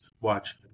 watch